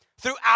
Throughout